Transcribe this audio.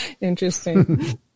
Interesting